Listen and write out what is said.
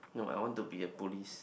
no I want to be a police